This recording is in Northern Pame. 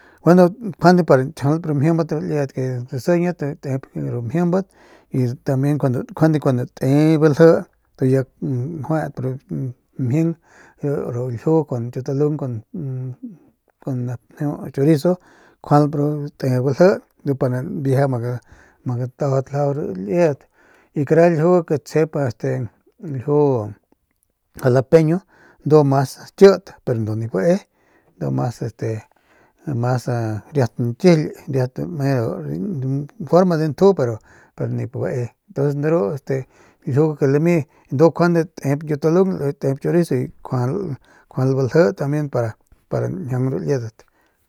Gueno njuande pa nkjialp ru mjimbat de ru liedat que sijiñat bijiy te ru mjimbat y tambien njuande cuando te balji te ya njuep mjing ru ljiu ru ñkiulalung kun nep njeu chorizo kjualp ru te balji ndu pa nbieje ma gatajaudat ljiajajau ru liedat y kara ljiu ke tsjep este ljiu jalapeño ndu mas kit pero nip bae ndu este mas mas mas riat ñkijily riat lame forma de nju pero nip bae ntuns de ru este ljiu ke lami ndu kjuande tep ñkiutalung tep chorizo y kjuap balji tambien para para njiaung ru liedat.